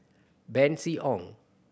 Bernice Ong